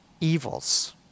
evils